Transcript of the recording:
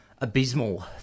abysmal